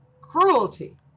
cruelty